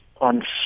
on